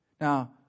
Now